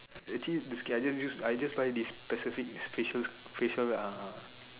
actually basically I just use I just try this specific facial facial uh